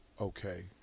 okay